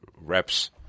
reps